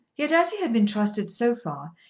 yet, as he had been trusted so far,